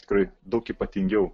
tikrai daug ypatingiau